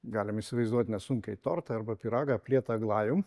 galim įsivaizduot nesunkiai tortą arba pyragą aplietą glajum